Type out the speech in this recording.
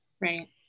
right